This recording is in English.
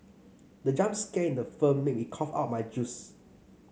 the jump scare in the film made me cough out my juice